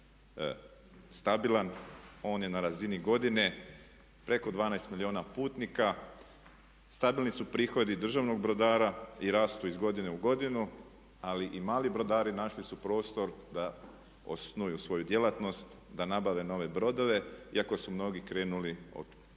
stabilan, on je na razini godine preko 12 milijuna putnika, stabilni su prihodi državnog brodara i rastu iz godine u godinu ali i mali brodari našli su prostor da osnuju svoju djelatnost, da nabave nove brodove iako su mnogi krenuli od gotovo